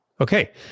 Okay